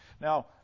Now